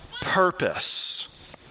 purpose